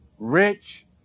Rich